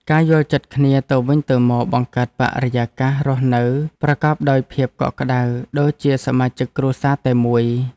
ការយល់ចិត្តគ្នាទៅវិញទៅមកបង្កើតបរិយាកាសរស់នៅប្រកបដោយភាពកក់ក្តៅដូចជាសមាជិកគ្រួសារតែមួយ។